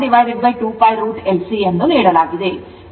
ಏಕೆಂದರೆ ω 2 pi f ಆಗಿದೆ